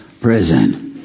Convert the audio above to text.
prison